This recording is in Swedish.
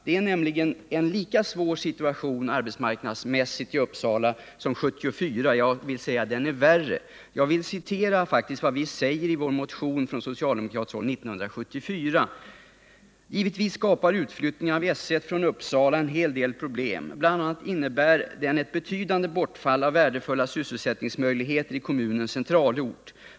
Den arbetsmarknadsmässiga situationen i Uppsala är lika svår nu som 1974 — ja, den är värre. Jag vill citera vad vi sade i vår motion från socialdemokratiskt håll 1974: ”Givetvis skapar utflyttningen av S 1 från Uppsala en hel del problem. Bl. a. innebär den ett betydande bortfall av värdefulla sysselsättningsmöjligheter i kommunens centralort.